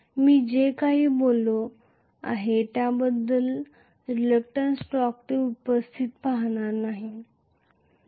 मी जे काही बोलतो आहे ज्या रेलूक्टन्स टॉर्क बद्दल मी बोलत आहे ते असणार नाही